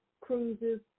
Cruises